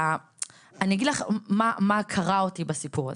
אני אגיד לך מה קרע אותי בסיפור הזה,